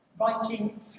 writing